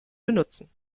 benutzen